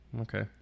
okay